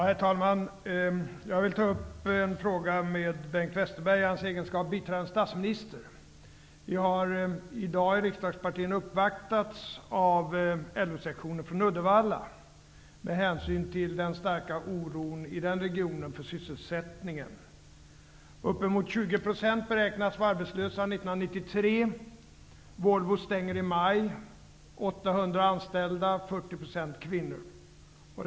Herr talman! Jag vill ta upp en fråga med Bengt Westerberg i hans egenskap av biträdande statsminister. Riksdagspartierna har i dag uppvaktats av LO-sektionen i Uddevalla med anledning av den starka oron för sysselsättningen i den regionen. 1993 beräknas uppemot 20 %vara arbetslösa. varav 40 % är kvinnor -- sina jobb.